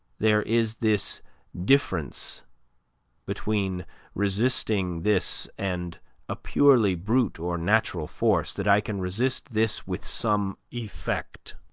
there is this difference between resisting this and a purely brute or natural force, that i can resist this with some effect